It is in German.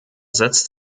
setzt